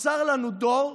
נוצר לנו דור,